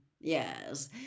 Yes